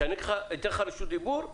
וכשאני אתן לך רשות דיבור,